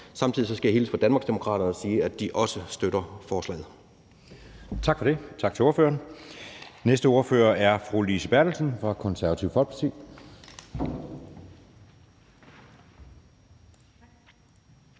Samtidig skal jeg hilse fra Danmarksdemokraterne og sige, at de også støtter forslaget. Kl. 11:41 Anden næstformand (Jeppe Søe): Tak til ordføreren for det. Næste ordfører er fru Lise Bertelsen fra Det Konservative Folkeparti.